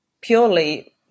purely